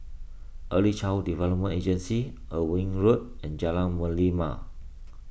Early Child Development Agency Irving Road and Jalan Merlimau